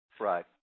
Right